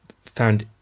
found